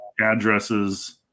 addresses